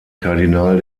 kardinal